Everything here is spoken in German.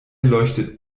leuchtet